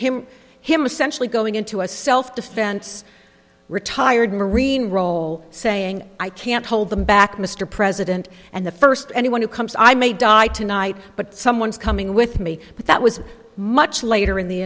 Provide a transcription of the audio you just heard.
him him essentially going into a self defense retired marine role saying i can't hold them back mr president and the first anyone who comes i may die tonight but someone's coming with me but that was much later in the